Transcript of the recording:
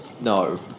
No